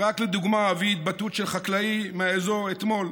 ורק לדוגמה, אביא התבטאות של חקלאי מהאזור אתמול,